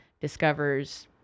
discovers